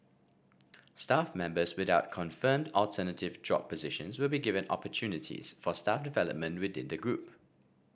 staff members without confirmed alternative job positions will be given opportunities for staff development within the group